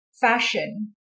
fashion